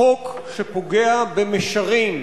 חוק שפוגע במישרין